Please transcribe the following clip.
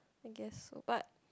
I guess so but